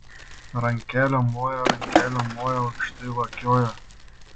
rankelėm moja rankelėm moja aukštai lakioja